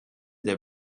der